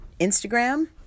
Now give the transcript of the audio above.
Instagram